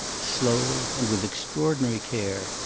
slowly, and with extraordinary care,